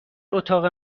اتاق